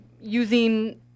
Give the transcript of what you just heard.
using